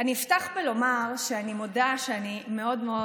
אני אפתח ואומר שאני מודה שאני מאוד מאוד